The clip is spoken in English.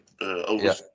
over